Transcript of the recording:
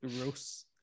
gross